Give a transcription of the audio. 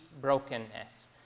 brokenness